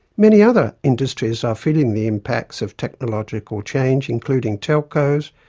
many other industries are feeling the impacts of technological change including telcos,